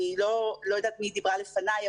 אני לא יודעת מי דיברה לפניי,